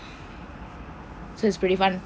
that's pretty much